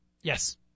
Yes